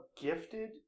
gifted